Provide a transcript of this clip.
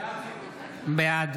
בעד